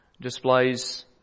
displays